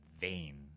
vain